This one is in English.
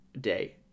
day